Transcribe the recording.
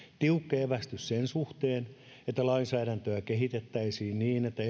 tiukka evästys sen suhteen että lainsäädäntöä kehitettäisiin niin että